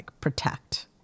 protect